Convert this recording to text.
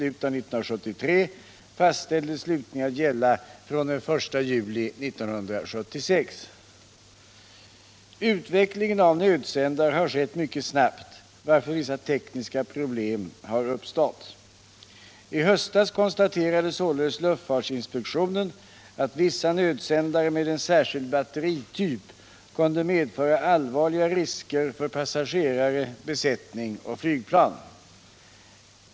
Utvecklingen av nödsändare har skett mycket snabbt, varför vissa tekniska problem har uppstått. I höstas konstaterade således luftfartsinspektionen att vissa nödsändare med en särskild batterityp kunde medföra allvarliga risker för passagerare, besättning och flygplan.